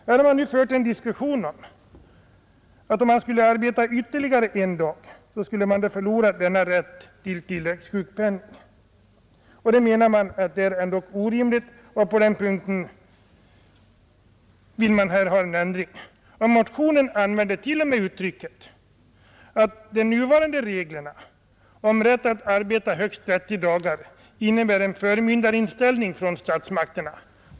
Man har just här fört en diskussion om att om kvinnan skulle arbeta ytterligare en dag, skulle hon förlora denna rätt till tilläggssjukpenning. Man menar att det är orimligt, och på den punkten vill motionärerna ha till stånd en ändring. I motionen användes t.o.m. uttrycket att de nuvarande reglerna om rätt att arbeta högst 30 dagar innebär en förmyndarinställning från statsmakterna.